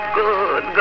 good